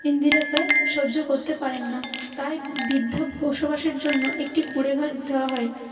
ইন্দিরকে সহ্য করতে পারেন না তাই বৃদ্ধার বসবাসের জন্য একটি কুঁড়েঘর দেওয়া হয়